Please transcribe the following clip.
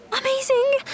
amazing